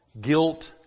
guilt